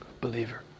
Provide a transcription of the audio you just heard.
believer